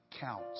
counts